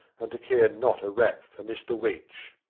and to care not a rap for mr weech.